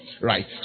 Right